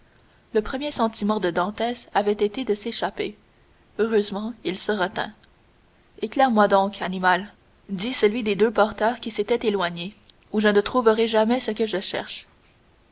le premier sentiment de dantès avait été de s'échapper heureusement il se retint éclaire moi donc animal dit celui des deux porteurs qui s'était éloigné ou je ne trouverai jamais ce que je cherche